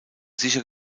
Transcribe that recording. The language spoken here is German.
sicher